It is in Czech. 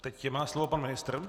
Teď má slovo pan ministr.